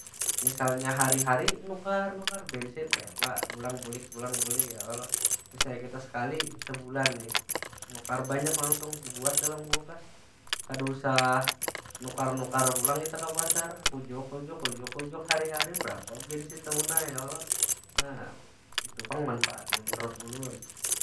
Misalnya hari- hari nukar- nukar, bensin kayapa pulang bulik- pulang bulik ya kalo? Misalnya kita sekali sebulan nih, nukar banyak langsung buat dalam kulkas. Kada usah nukar- nukar pulang kita ka pasar. Kujuk- kujuk kujuk- kujuk, hari- hari berapa bensin taguna ya kalo? Nah, itu pang manpaatnya menurut ulun.